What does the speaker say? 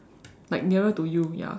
like nearer to you ya